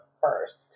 first